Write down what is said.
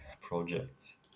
projects